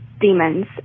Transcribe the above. demons